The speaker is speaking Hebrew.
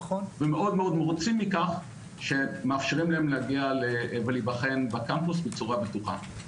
ומאוד מאוד מרוצים מכך שמאפשרים להם להגיע ולהיבחן בקמפוס בצורה בטוחה.